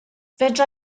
fedra